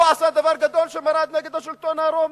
הוא עשה דבר גדול, שמרד נגד השלטון הסלווקי.